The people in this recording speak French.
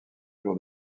jour